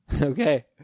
Okay